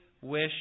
wish